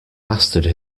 mastered